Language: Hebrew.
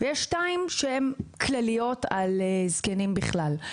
ויש שתיים שהן כלליות, לגבי זקנים בכלל.